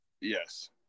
Yes